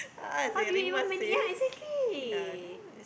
how do you even many yea exactly